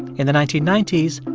in the nineteen ninety s,